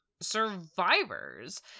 survivors